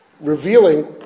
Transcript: revealing